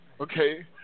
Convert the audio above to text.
okay